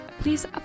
Please